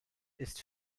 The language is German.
ist